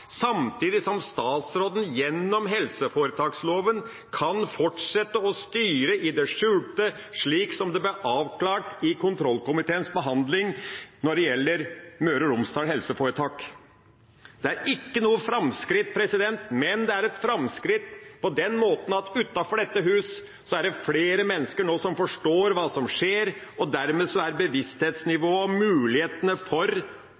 samtidig som statsråden gjennom helseforetakslova kan fortsette å styre i det skjulte, slik det ble avklart i kontrollkomiteens behandling når det gjelder Møre og Romsdal helseforetak. Det er ikke noe framskritt, men det er et framskritt på den måten at utenfor dette hus er det flere mennesker nå som forstår hva som skjer, og dermed er bevissthetsnivået økt og mulighetene for